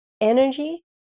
energy